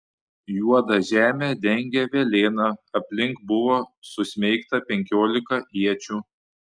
juodą žemę dengė velėna aplink buvo susmeigta penkiolika iečių